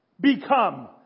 become